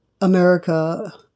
America